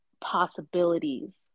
possibilities